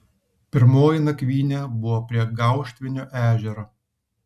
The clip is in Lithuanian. pirmoji nakvynė buvo prie gauštvinio ežero